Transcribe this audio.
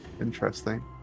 interesting